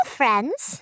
friends